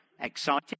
Exciting